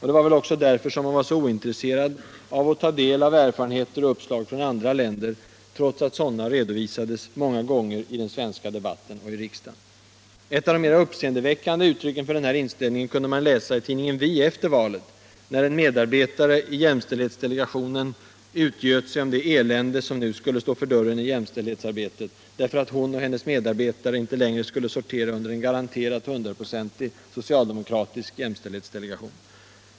Det var väl också därför som man var så ointresserad av att ta del av erfarenheter och uppslag från andra länder, trots att sådana redovisades många gånger i den svenska debatten, även i riksdagen. Ett av de mera uppseendeväckande uttrycken för den här inställningen kunde man läsa efter valet i tidningen Vi, där en medarbetare i jämställdhetsdelegationen utgöt sig om det elände som nu skulle stå för dörren i jämställdhetsarbetet, därför att hon och hennes medarbetare inte längre skulle sortera under en garanterat hundraprocentig socialdemokratisk jämställdhetsdelegation.